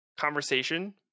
conversation